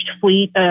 fleet